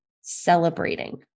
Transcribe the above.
celebrating